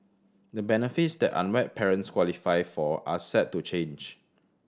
the benefits that unwed parents qualify for are set to change